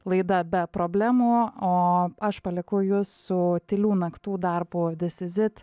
laida be problemų o aš palieku jus su tylių naktų darbu